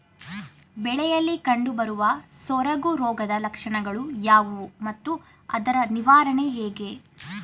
ಬೆಳೆಯಲ್ಲಿ ಕಂಡುಬರುವ ಸೊರಗು ರೋಗದ ಲಕ್ಷಣಗಳು ಯಾವುವು ಮತ್ತು ಅದರ ನಿವಾರಣೆ ಹೇಗೆ?